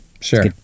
Sure